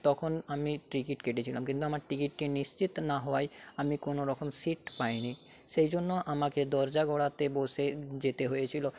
তখন আমি টিকিট কেটেছিলাম কিন্তু আমার টিকিটটি নিশ্চিত না হওয়ায় আমি কোনোরকম সিট পাইনি সেই জন্য আমাকে দরজার গোড়াতে বসে যেতে হয়েছিল